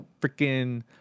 Freaking